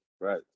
Right